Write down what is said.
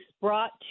brought